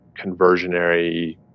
conversionary